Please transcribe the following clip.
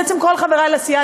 בעצם כל חברי לסיעה,